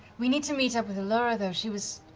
we need to meet up with allura, though. she was